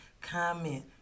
comment